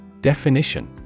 Definition